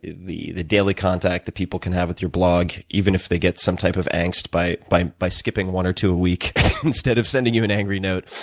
the the daily contact that people can have with your blog, even if they get some type of angst by by skipping one or two a week instead of sending you an angry note,